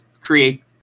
create